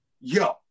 yo